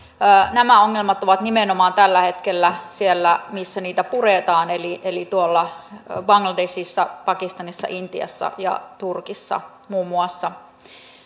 nämä ongelmat ovat nimenomaan tällä hetkellä siellä missä niitä puretaan eli eli tuolla bangladeshissa pakistanissa intiassa ja turkissa muun muassa